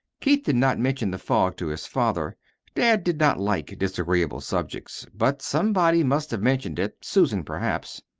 keith did not mention the fog to his father dad did not like disagreeable subjects. but somebody must have mentioned it susan, perhaps.